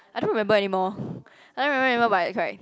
I don't remember anymore I don't remmeber anymore but I cried